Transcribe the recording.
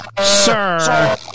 Sir